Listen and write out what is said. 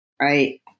right